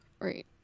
Right